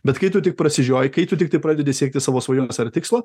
bet kai tu tik prasižioji kai tu tiktai pradedi siekti savo svajonės ar tikslo